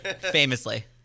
Famously